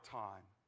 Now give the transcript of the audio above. time